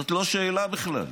זאת לא שאלה בכלל.